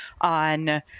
on